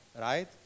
right